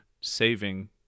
saving